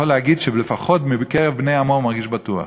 להגיד שלפחות בקרב בני עמו הוא מרגיש בטוח.